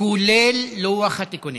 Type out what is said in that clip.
כולל לוח התיקונים.